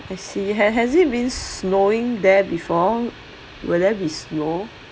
I see has has it been snowing there before will there be snow